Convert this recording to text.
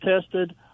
tested